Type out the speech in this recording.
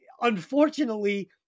unfortunately